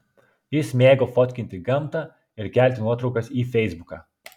jis mėgo fotkinti gamtą ir kelti nuotraukas į feisbuką